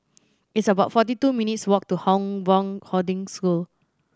it's about forty two minutes' walk to Hong Hoarding School